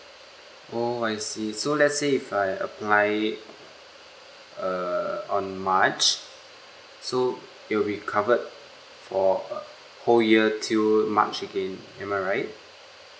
oh I see so let's say if I apply it err on march so it will be covered for a whole year till march again am I right